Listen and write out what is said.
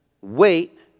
wait